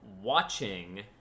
watching